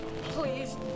Please